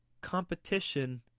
competition